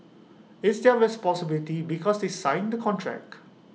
it's their responsibility because they sign the contract